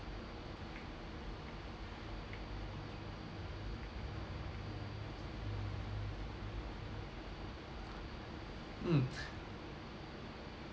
mm